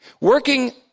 working